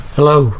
Hello